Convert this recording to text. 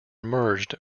merged